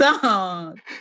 song